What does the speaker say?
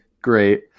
Great